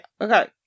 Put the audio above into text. okay